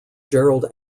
gerald